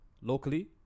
locally